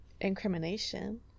incrimination